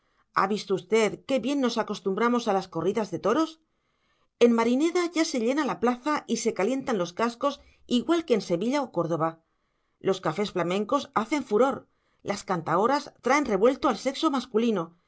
ha visto usted qué bien nos acostumbramos a las corridas de toros en marineda ya se llena la plaza y se calientan los cascos igual que en sevilla o córdoba los cafés flamencos hacen furor las cantaoras traen revuelto al sexo masculino